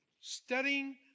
studying